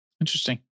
Interesting